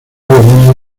alemania